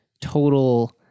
Total